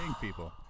people